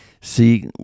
See